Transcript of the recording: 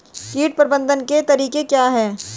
कीट प्रबंधन के तरीके क्या हैं?